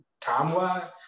time-wise